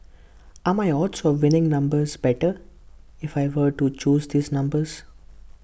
are my odds of winning numbers better if I were to choose these numbers